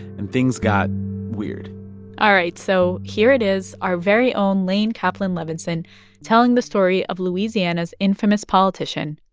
and things got weird all right, so here it is our very own laine kaplan-levenson telling the story of louisiana's infamous politician,